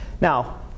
Now